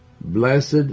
blessed